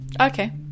Okay